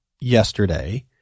yesterday